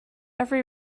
every